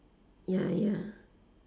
ya ya